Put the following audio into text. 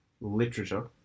Literature